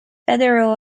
federal